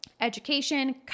Education